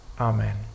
amen